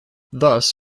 thus